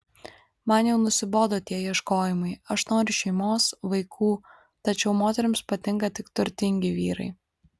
man jau nusibodo tie ieškojimai aš noriu šeimos vaikų tačiau moterims patinka tik turtingi vyrai